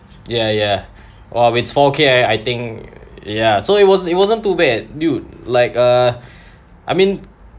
ya ya !wah! it's four K I I think ya so it wasn't it wasn't too bad dude like uh I mean